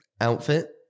Outfit